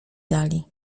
dali